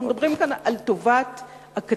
אנחנו מדברים כאן על טובת הקטין.